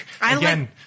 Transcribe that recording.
Again